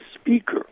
speaker